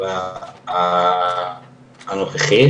הנוכחי.